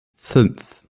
fünf